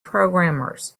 programmers